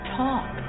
talk